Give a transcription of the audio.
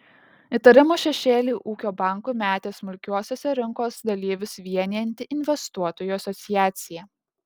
įtarimų šešėlį ūkio bankui metė smulkiuosiuose rinkos dalyvius vienijanti investuotojų asociacija